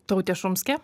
tautė šumskė